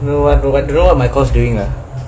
will draw my course during uh